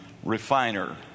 refiner